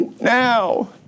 now